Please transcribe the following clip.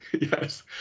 Yes